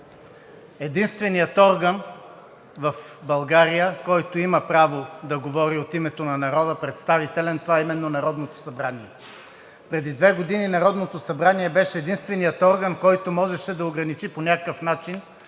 представителен орган в България, който има право да говори от името на народа, това именно е Народното събрание. Преди две години Народното събрание беше единственият орган, който можеше да ограничи по някакъв начин